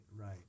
right